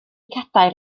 cadair